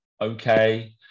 Okay